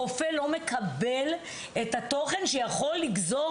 הרופא לא מקבל את התוכן שיכול לגזור